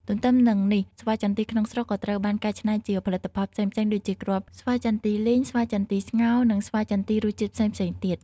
ទន្ទឹមនឹងនេះស្វាយចន្ទីក្នុងស្រុកក៏ត្រូវបាន កែច្នៃជាផលិតផលផ្សេងៗ ដូចជាគ្រាប់ស្វាយចន្ទីលីង ស្វាយចន្ទីស្ងោរ និងស្វាយចន្ទីរសជាតិផ្សេងៗទៀត។